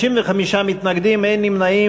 55 מתנגדים, אין נמנעים.